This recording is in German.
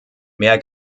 mehr